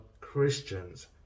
Christians